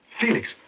Felix